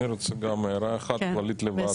אני רוצה גם הערה אחת כללית לוועדה.